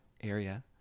area